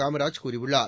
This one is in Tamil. காமராஜ் கூறியுள்ளார்